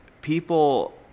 people